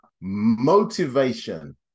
motivation